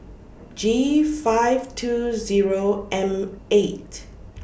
G five two Zero M eight